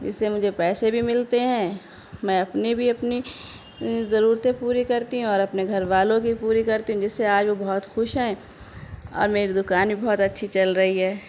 جس سے مجھے پیسے بھی ملتے ہیں میں اپنی بھی اپنی ضرورتیں پوری کرتی ہوں اور اپنے گھر والوں کی پوری کرتی ہوں جس سے آج وہ بہت خوش ہیں اور میری دکان بھی بہت اچھی چل رہی ہے